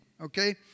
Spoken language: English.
okay